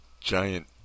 giant